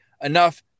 enough